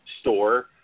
store